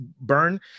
burn